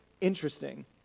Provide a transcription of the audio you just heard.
interesting